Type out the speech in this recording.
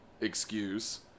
excuse